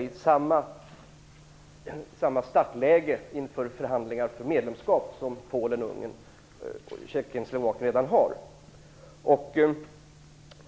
i samma startläge inför förhandlingar om medlemskap som Polen, Ungern, Tjeckien och Slovakien redan har.